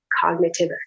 cognitive